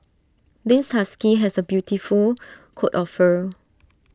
this husky has A beautiful coat of fur